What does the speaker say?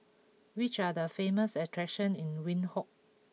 which are the famous attraction in Windhoek